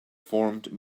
formed